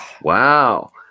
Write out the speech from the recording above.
Wow